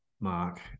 Mark